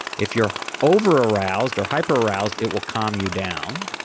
if you're over aroused, or hyper-aroused, it will calm you down.